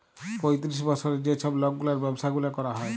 পঁয়তিরিশ বসরের যে ছব লকগুলার ব্যাবসা গুলা ক্যরা হ্যয়